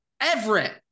Everett